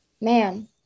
man